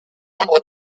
membre